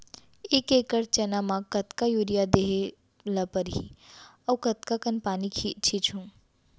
एक एकड़ चना म कतका यूरिया देहे ल परहि अऊ कतका कन पानी छींचहुं?